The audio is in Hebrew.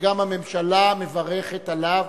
וגם הממשלה מברכת עליו,